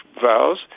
vows